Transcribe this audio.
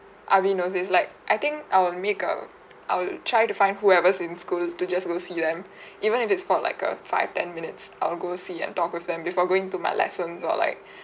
avi knows it's like I think I will make a I'll try to find whoever's in school to just go see them even if it's for like uh five ten minutes I'll go see and talk with them before going to my lessons or like